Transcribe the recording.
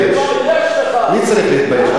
מי צריך להתבייש?